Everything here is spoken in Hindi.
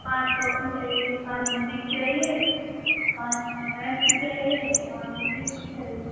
पाँच कॉपी चाहिए पाँच हिंदी की चाहिए पाँच मैथ की चाहिए और पाँच इंग्लिस की चाहिए